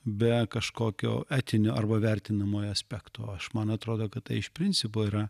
be kažkokio etinio arba vertinamojo aspekto aš man atrodo kad iš principo yra